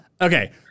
Okay